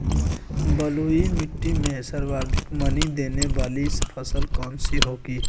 बलुई मिट्टी में सर्वाधिक मनी देने वाली फसल कौन सी होंगी?